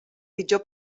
pitjor